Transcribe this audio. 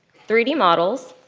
three d models.